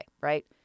right